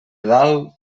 dalt